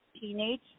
teenage